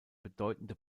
bedeutende